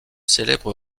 célèbres